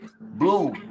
Blue